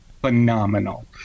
phenomenal